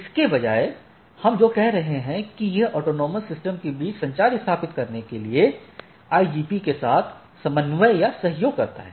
इसके बजाय हम जो कह रहे हैं वह ऑटॉनमस सिस्टमों के बीच संचार स्थापित करने के लिए IGP के साथ समन्वय या सहयोग करता है